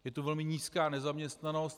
Je tu velmi nízká nezaměstnanost.